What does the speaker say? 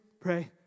Pray